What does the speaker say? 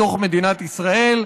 במדינת ישראל,